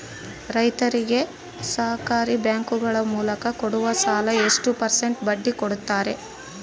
ರೈತರಿಗೆ ಸಹಕಾರಿ ಬ್ಯಾಂಕುಗಳ ಮೂಲಕ ಕೊಡುವ ಸಾಲ ಎಷ್ಟು ಪರ್ಸೆಂಟ್ ಬಡ್ಡಿ ಕೊಡುತ್ತಾರೆ?